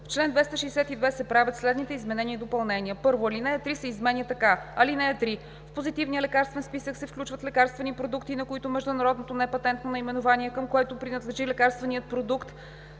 В чл. 262 се правят следните изменения и допълнения: 1. Алинея 3 се изменя така: „(3) В Позитивния лекарствен списък се включват лекарствени продукти, на които международното непатентно наименование, към което принадлежи лекарственият